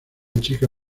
chica